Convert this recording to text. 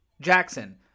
Jackson